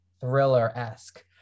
thriller-esque